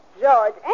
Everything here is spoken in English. George